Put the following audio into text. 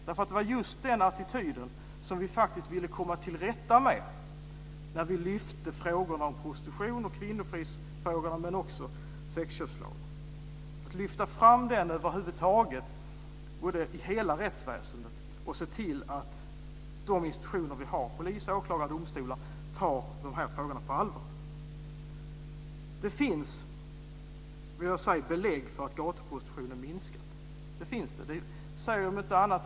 Det var just den attityden som vi faktiskt ville komma till rätta med när vi lyfte fram frågorna om prostitution, kvinnofrid och sexköpslagen i hela rättsväsendet för att se till att de institutioner vi har - polis, åklagare och domstolar - tar frågorna på allvar. Det finns belägg för att gatuprostitutionen har minskat.